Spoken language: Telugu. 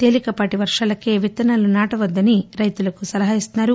తేలికపాటి వర్వాలకే విత్తనాలు నాటవద్దని రైతులకు సలహా ఇస్తున్సారు